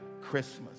Christmas